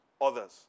others